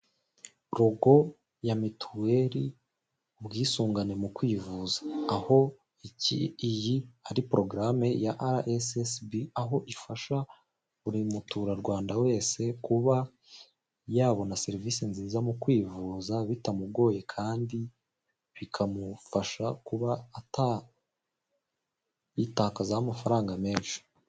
Logo ya mituweri ubwisungane mu kwivuza aho iyi ari porogarame ya ara esisibi, aho ifasha buri muturarwanda wese kuba yabona serivisi nziza mu kwivuza bitamugoye kandi bikamufasha kuba atayitakazaho amafaranga menshi.